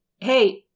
Hey